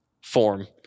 form